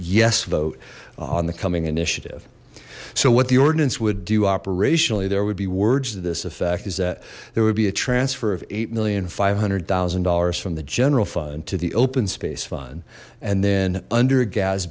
yes vote on the coming initiative so what the ordinance would do operationally there would be words to this effect is that there would be a transfer of eight million five hundred thousand dollars from the general fund to the open space fund and then under